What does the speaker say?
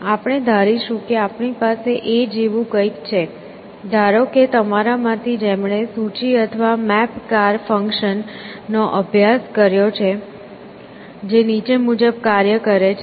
આપણે ધારીશું કે આપણી પાસે A જેવું કંઈક છે ધારો કે તમારામાંથી જેમણે સૂચિ અથવા મેપ કાર ફંક્શન નો અભ્યાસ કર્યો છે જે નીચે મુજબ કાર્ય કરે છે